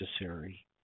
necessary